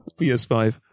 PS5